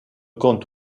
compte